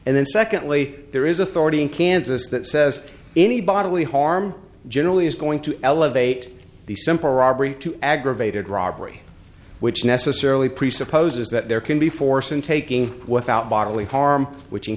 and then secondly there is authority in kansas that says any bodily harm generally is going to elevate the simple robbery to aggravated robbery which necessarily presupposes that there can be force and taking without bodily harm which in